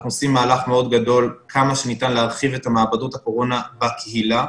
אנחנו עושים מהלך מאוד גדול כמה שניתן להרחיב את מעבדות הקורונה בקהילה,